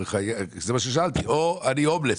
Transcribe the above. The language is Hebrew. לצורך העניין, או שאני הומלס.